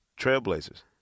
Trailblazers